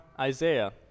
Isaiah